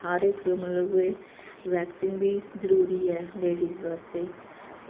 हर इक मतलब कि वैक्सिंग बी जरूरी ऐ लेडीज बास्तै